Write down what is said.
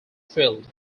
filled